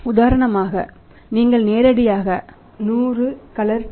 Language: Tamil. உதாரணமாக நீங்கள் நேரடியாக 100 கலர் T